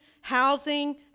housing